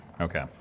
Okay